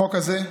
החוק הזה,